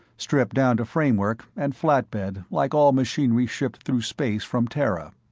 stripped down to framework and flatbed like all machinery shipped through space from terra.